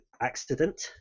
accident